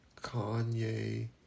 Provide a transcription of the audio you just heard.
Kanye